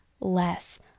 less